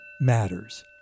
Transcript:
matters